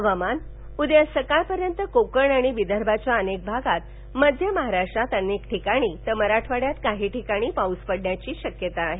हवामानः उद्या सकाळपर्यंत कोकण आणि विदर्भाच्या अनेक भागांत मध्य महाराष्ट्रात अनेक ठिकाणी तर मराठवाङ्यात काही ठिकाणी पाऊस पडण्याची शक्यता आहे